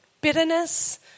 bitterness